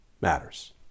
matters